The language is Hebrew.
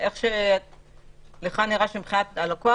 לך נראה שמבחינת הלקוח,